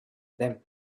them